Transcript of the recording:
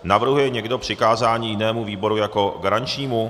Navrhuje někdo přikázání jinému výboru jako garančnímu?